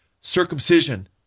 circumcision